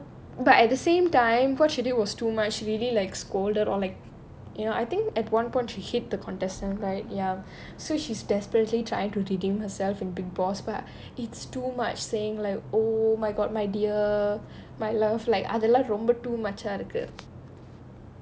ya so but at the same time fortunately was too much really like scolded or like you know I think at one point she hit the contestant right ya so she's desperately trying to redeem herself in bigg boss but it's too much saying like oh my god my dear my love like அதெல்லாம் ரொம்ப:athellaam romba too much ah இருக்கு:irukku